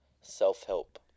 self-help